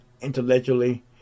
intellectually